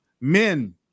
Men